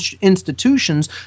institutions